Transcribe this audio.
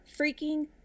freaking